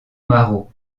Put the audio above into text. marot